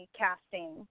casting